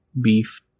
beef